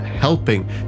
helping